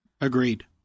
Agreed